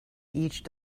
each